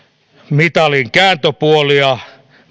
mitalin kääntöpuolia